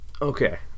okay